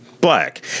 black